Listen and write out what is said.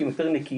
כי הן יותר נקיות,